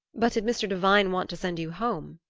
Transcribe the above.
but did mr. devine want to send you home?